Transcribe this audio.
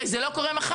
הרי זה לא קורה מחר.